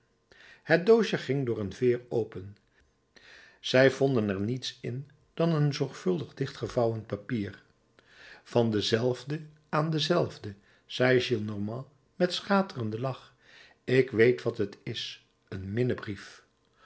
het doosje ging door een veer open zij vonden er niets in dan een zorgvuldig dichtgevouwen papier van denzelfde aan denzelfde zei gillenormand met schaterenden lach ik weet wat het is